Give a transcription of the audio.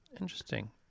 Interesting